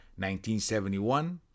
1971